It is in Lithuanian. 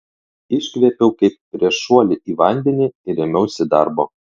iškvėpiau kaip prieš šuolį į vandenį ir ėmiausi darbo